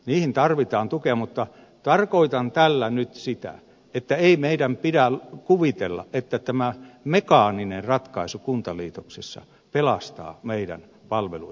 niihin tarvitaan tukea mutta tarkoitan tällä nyt sitä että ei meidän pidä kuvitella että tämä mekaaninen ratkaisu kuntaliitoksissa pelastaa meidän palvelujemme järjestämisen